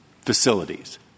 facilities